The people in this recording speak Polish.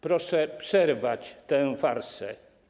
Proszę przerwać tę farsę.